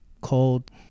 called